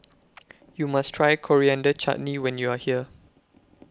YOU must Try Coriander Chutney when YOU Are here